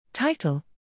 Title